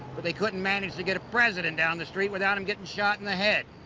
but they couldn't manage to get a president down the street without him getting shot in the head.